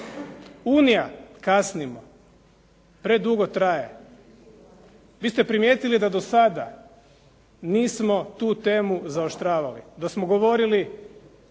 Unija. Kasnimo, predugo traje. Vi ste primjetili da do sada nismo tu temu zaoštravali, da smo govorili